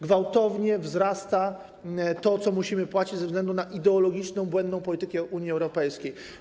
Gwałtownie wzrasta to, co musimy płacić ze względu na ideologiczną, błędną politykę Unii Europejskiej.